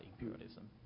imperialism